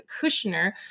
Kushner